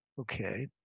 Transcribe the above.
Okay